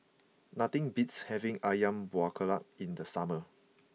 nothing beats having Ayam Buah Keluak in the summer